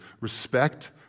respect